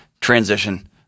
transition